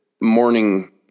morning